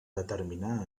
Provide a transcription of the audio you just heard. determinar